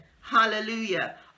hallelujah